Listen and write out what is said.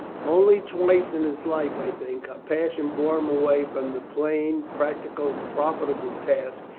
only twice in his life, i think, a passion bore him away from the plain, practical, profitable task,